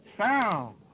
sound